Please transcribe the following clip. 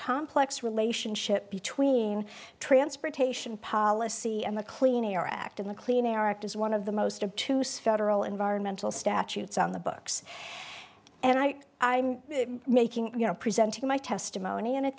complex relationship between transportation policy and the clean air act and the clean air act as one of the most of two several environmental statutes on the books and i i'm making you know presenting my testimony and at